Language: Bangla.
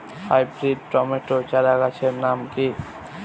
হাইব্রিড টমেটো চারাগাছের নাম কি?